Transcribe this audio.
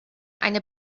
eine